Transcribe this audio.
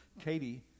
katie